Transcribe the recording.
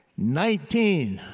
nineteen,